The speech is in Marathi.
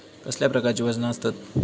कसल्या प्रकारची वजना आसतत?